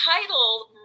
title